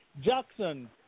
Jackson